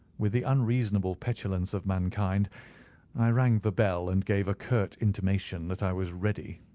with the unreasonable petulance of mankind i rang the bell and gave a curt intimation that i was ready.